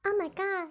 oh my god